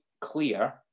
clear